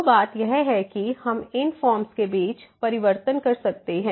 तो बात यह है कि हम इन फॉर्म्स के बीच परिवर्तन कर सकते हैं